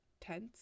tense